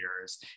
years